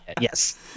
yes